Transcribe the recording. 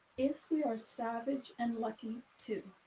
if we are savage and lucky too.